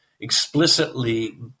explicitly